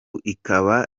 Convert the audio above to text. ikaba